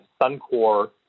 Suncor